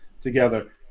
together